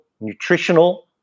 nutritional